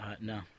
No